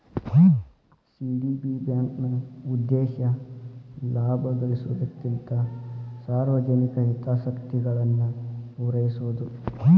CDB ಬ್ಯಾಂಕ್ನ ಉದ್ದೇಶ ಲಾಭ ಗಳಿಸೊದಕ್ಕಿಂತ ಸಾರ್ವಜನಿಕ ಹಿತಾಸಕ್ತಿಗಳನ್ನ ಪೂರೈಸೊದು